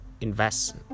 invest